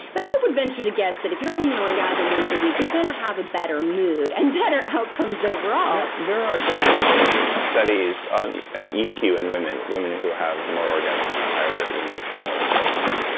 but i would venture to guess that if you're having an orgasm once a week, you're gonna have a better mood, and better outcomes overall there are definitely studies on on eq in and women. women who have more orgasms have higher emotional intelligence.